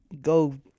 go